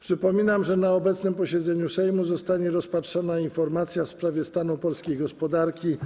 Przypominam, że na obecnym posiedzeniu Sejmu zostanie rozpatrzona informacja w sprawie stanu polskiej gospodarki